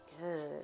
Good